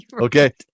Okay